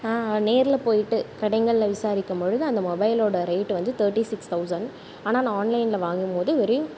நேரில் போய்ட்டு கடைகள்ல விசாரிக்கும் பொழுது அந்த மொபைலோடய ரேட் வந்து தேர்ட்டி சிக்ஸ் தொளசண்ட் ஆனால் நான் ஆன்லைனில் வாங்கும் போது ஒரு